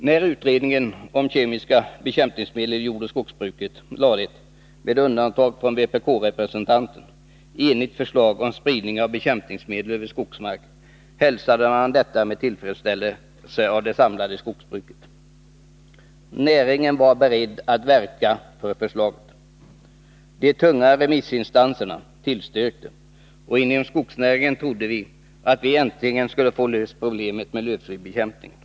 När utredningen om kemiska bekämpningsmedel i jordoch skogsbruket lade fram ett — med undantag för vpk-representanten — enigt förslag om spridning av bekämpningsmedel för skogsmark hälsades detta med tillfredsställelse av det samlade skogsbruket. Näringen var beredd att verka för förslaget. De tunga remissinstanserna tillstyrkte, och inom skogsnäringen trodde vi att vi äntligen skulle få problemet med lövslybekämpningen löst.